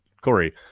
Corey –